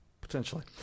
Potentially